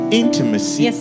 intimacy